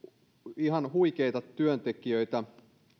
ihan huikeita työntekijöitä